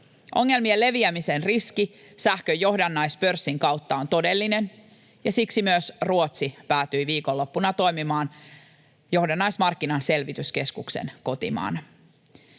Ongelmien leviämisen riski sähkön johdannaispörssin kautta on todellinen, ja siksi myös Ruotsi päätyi viikonloppuna toimimaan johdannaismarkkinan selvityskeskuksen kotimaana.